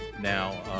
Now